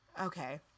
okay